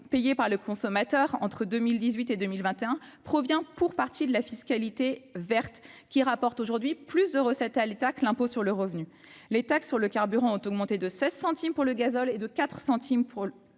payé par les consommateurs en 2008 et 2021 résulte pour partie de la hausse de la fiscalité verte, qui rapporte aujourd'hui plus de recettes à l'État que l'impôt sur le revenu. Les taxes sur le carburant ont augmenté de 16 centimes d'euro pour le gazole et de 4 centimes d'euro